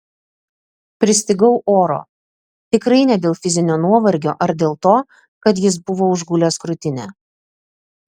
pristigau oro tikrai ne dėl fizinio nuovargio ar dėl to kad jis buvo užgulęs krūtinę